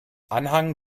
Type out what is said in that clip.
anhang